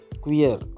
queer